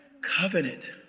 covenant